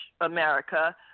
America